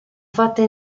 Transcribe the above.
fatte